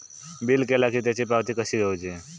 Bill केला की त्याची पावती कशी घेऊची?